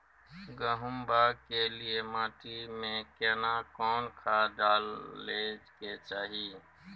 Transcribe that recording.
गहुम बाग के लिये माटी मे केना कोन खाद डालै के चाही?